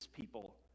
people